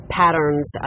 patterns